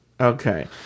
Okay